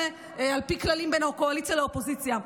על פי כללים בין הקואליציה לאופוזיציה.